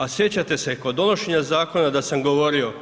A sjećate se kod donošenja zakona da sam govorio